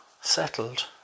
settled